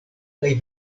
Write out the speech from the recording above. kaj